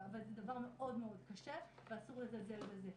אבל זה דבר מאוד מאוד קשה ואסור לזלזל בזה.